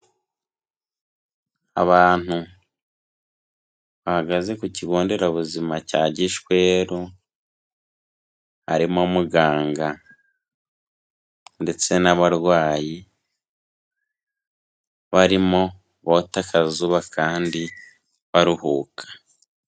Abantu bahagaze ku kigo nderabuzima cya Gishweru, harimo muganga ndetse n'abarwayi, barimo bota akazuba kandi baruhuka.